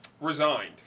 resigned